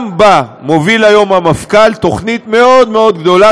גם בה מוביל היום המפכ"ל תוכנית מאוד מאוד גדולה,